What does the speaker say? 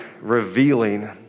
revealing